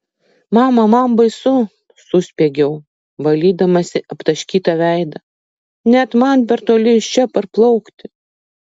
mama man baisu suspiegiau valydamasi aptaškytą veidą net man per toli iš čia parplaukti